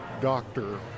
doctor